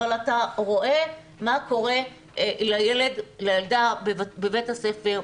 אבל אתה רואה מה קורה לילד ולילדה בבית הספר,